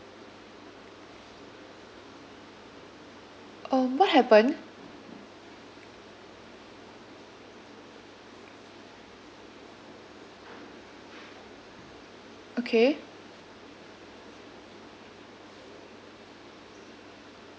um what happened okay